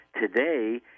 today